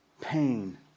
pain